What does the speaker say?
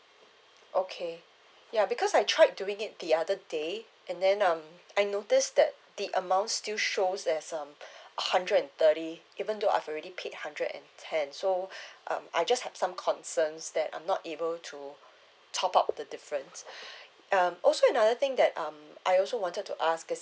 okay ya because I tried to make it the other day and then um I noticed that the amount still shows there's um a hundred and thirty even though I've already paid hundred and ten so um I just have some concerns that I'm not able to top up the difference um also another thing that um I also wanted to ask is